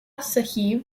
sahib